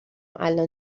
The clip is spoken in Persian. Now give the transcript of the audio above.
الان